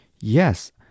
yes